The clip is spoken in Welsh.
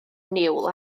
niwl